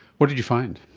what did you find?